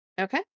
Okay